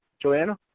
joanna